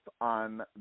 on